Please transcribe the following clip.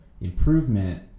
improvement